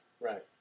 Right